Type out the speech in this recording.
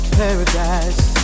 paradise